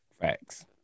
Facts